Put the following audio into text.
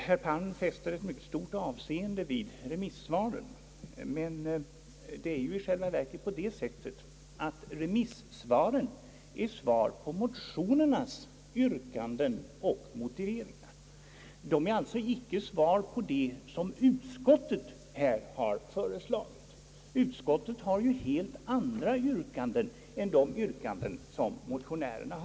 Herr Palm fäster mycket stort avseende vid remissvaren, men i själva verket är de ju svar på motionernas yrkanden och motiveringar, alltså icke svar beträffande det som utskottet här har föreslagit. Utskottets yrkanden är helt andra än motionärernas.